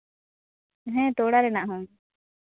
ᱦᱮᱸ ᱛᱚᱲᱟ ᱨᱮᱱᱟᱜ ᱦᱚᱸ